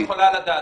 היא לא יכולה לדעת.